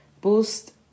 boost